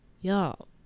y'all